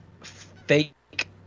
fake